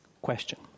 Question